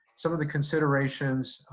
some of the considerations,